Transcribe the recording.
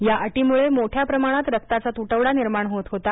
या अटीमुळे मोठ्या प्रमाणात रक्ताचा तुटवडा निर्माण होत होता